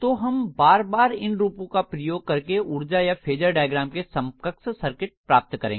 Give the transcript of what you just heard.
तो हम बार बार इन रूपों का प्रयोग करके ऊर्जा या फेज़र डायग्राम के समकक्ष सर्किट प्राप्त करेंगे